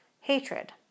hatred